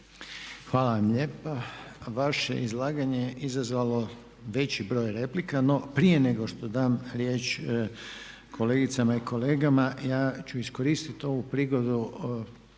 Hvala vam lijepo. Vaše izlaganje je izazvalo veći broj replika no prije nego što dam riječ kolegicama i kolegama ja ću iskoristiti ovu prigodu, puno nas